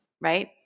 Right